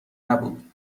نبود